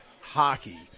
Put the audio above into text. hockey